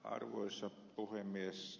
arvoisa puhemies